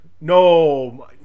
No